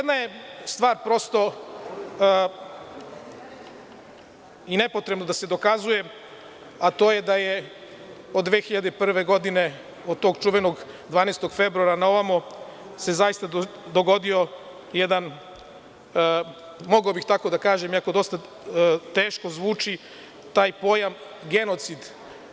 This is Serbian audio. Jedna je stvar prosta ito je nepotrebno da se dokazuje, a to je da se od 2001. godine, od tog čuvenog 12. februara na ovamo, zaista dogodio jedan, mogao bih tako da kažem, iako dosta teško zvuči taj pojam, genocid.